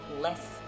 less